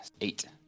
Eight